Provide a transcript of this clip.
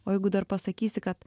o jeigu dar pasakysi kad